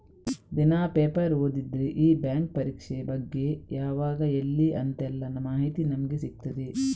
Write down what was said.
ದಿನಾ ಪೇಪರ್ ಓದಿದ್ರೆ ಈ ಬ್ಯಾಂಕ್ ಪರೀಕ್ಷೆ ಬಗ್ಗೆ ಯಾವಾಗ ಎಲ್ಲಿ ಅಂತೆಲ್ಲ ಮಾಹಿತಿ ನಮ್ಗೆ ಸಿಗ್ತದೆ